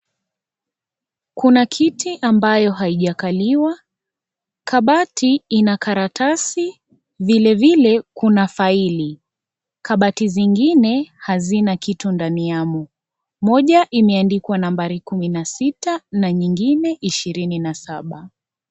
Kuna kiti ambayo haijakaliwa, kabati ambayo ina karatasi kuna vilevile faili, kabati zingine hazina vitu ndani yamo, moja imeandikwa nambari 16 ingine 27.